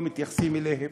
לא מתייחס אליהם.